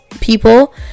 people